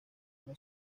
una